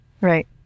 Right